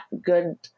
good